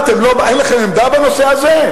אין לכם עמדה בנושא הזה?